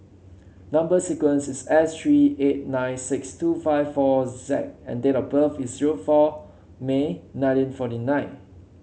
number sequence is S three eight nine six two five four Z and date of birth is zero four May nineteen forty nine